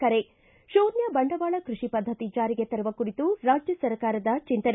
ಿ ಶೂನ್ನ ಬಂಡವಾಳ ಕೃಷಿ ಪದ್ದತಿ ಜಾರಿಗೆ ತರುವ ಕುರಿತು ರಾಜ್ಯ ಸರ್ಕಾರದ ಚಿಂತನೆ